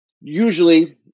usually